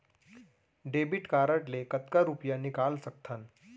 Debit card ले कतका रुपिया निकाल सकथन?